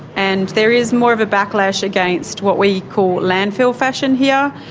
and there is more of a backlash against what we call landfill fashion here,